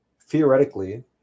theoretically